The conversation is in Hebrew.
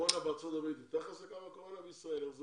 הקורונה בארצות הברית יותר חזקה מהקורונה בישראל?